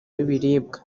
w’ibiribwa